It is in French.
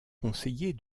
conseiller